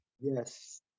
yes